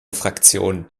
fraktionen